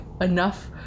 enough